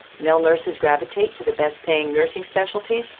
male nurses gravitate to the best-paying nursing specialties,